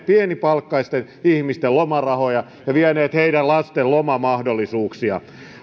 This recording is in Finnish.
pienipalkkaisten ihmisten lomarahoja ja vieneet heidän lastensa lomamahdollisuuksia